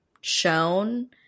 shown